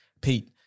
Pete